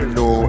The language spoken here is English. no